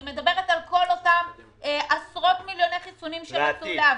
אני מדברת על כל אותם עשרות מיליוני חיסונים שרצו להביא,